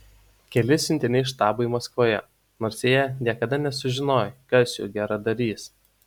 keli siuntiniai štabui maskvoje nors jie niekada nesužinojo kas jų geradarys